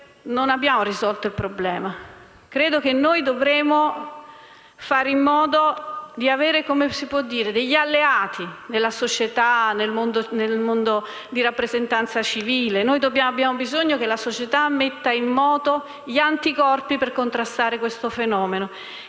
non abbiamo risolto il problema. Credo che dovremo fare in modo di avere degli alleati nella società e nel mondo della rappresentanza civile; abbiamo bisogno che la società metta in moto gli anticorpi per contrastare questo fenomeno.